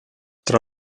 tra